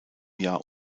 jahr